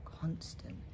constant